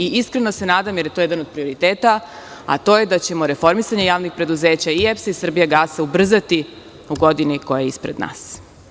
Iskreno se nadam, jer to je jedan od prioriteta, a to je da ćemo reformisanje javnih preduzeća i EPS i „Srbijagasa“, ubrzati u godini koja je ispred nas.